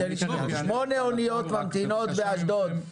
שמונה אוניות ממתינות באשדוד.